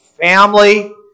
family